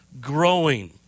growing